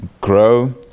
grow